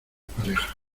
parejas